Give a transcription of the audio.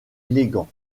élégant